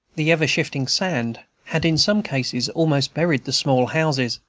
the ever-shifting sand had in some cases almost buried the small houses,